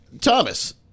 thomas